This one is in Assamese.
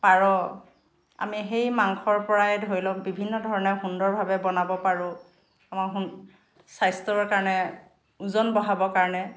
পাৰ আমি সেই মাংসৰ পৰাই ধৰি লওক বিভিন্ন ধৰণে সুন্দৰভাৱে বনাব পাৰোঁ আমাৰ সুন স্বাস্থ্যৰ কাৰণে ওজন বঢ়াবৰ কাৰণে